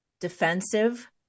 defensive